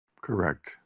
Correct